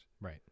Right